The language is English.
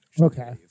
Okay